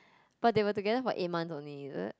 but they were together for eight months only is it